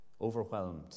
Overwhelmed